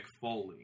Foley